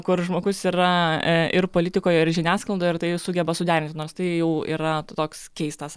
kur žmogus yra ir politikoje ir žiniasklaidoje ir tai sugeba suderinti nors tai jau yra toks keistas